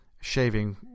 shaving